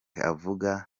avuga